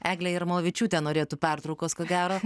eglė jarmolavičiūtė norėtų pertraukos ko gero